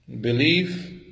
belief